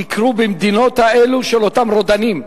ביקרו במדינות האלה של אותם רודנים.